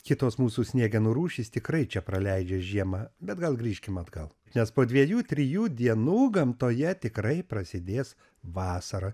kitos mūsų sniegenų rūšys tikrai čia praleidžia žiemą bet gal grįžkim atgal nes po dviejų trijų dienų gamtoje tikrai prasidės vasara